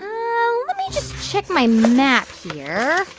um, let me just check my map here.